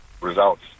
results